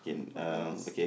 what else